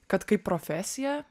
kad kaip profesiją